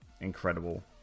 incredible